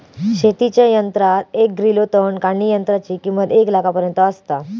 शेतीच्या यंत्रात एक ग्रिलो तण काढणीयंत्राची किंमत एक लाखापर्यंत आसता